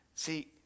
See